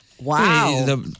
Wow